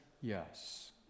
yes